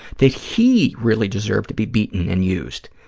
that he really deserved to be beaten and used,